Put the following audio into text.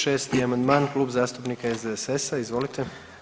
6. amandman, Klub zastupnika SDSS-a, izvolite.